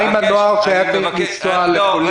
מה עם הנוער שהיה צריך לנסוע לפולין?